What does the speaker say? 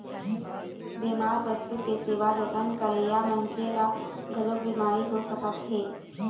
बेमार पशु के सेवा जतन करइया मनखे ल घलोक बिमारी हो सकत हे